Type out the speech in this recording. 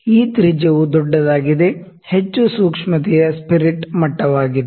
ಈ ತ್ರಿಜ್ಯವು ದೊಡ್ಡದಾಗಿದೆ ಹೆಚ್ಚು ಸೂಕ್ಷ್ಮತೆಯ ಸ್ಪಿರಿಟ್ ಮಟ್ಟವಾಗಿದೆ